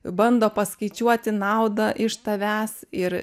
bando paskaičiuoti naudą iš tavęs ir